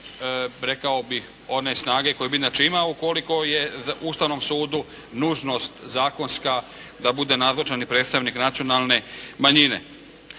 rekao bih, one snage koje bi inače imao, ukoliko je Ustavnom sudu nužnost zakonska da bude nazočan i predstavnik nacionalne manjine.